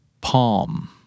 Palm